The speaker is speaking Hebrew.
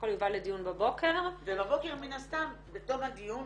בכל מקרה, ביקשנו שנתיים בלי קשר לחוק הרישוי.